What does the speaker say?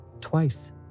Twice